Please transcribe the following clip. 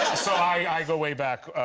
i i go way back.